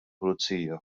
pulizija